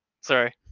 Sorry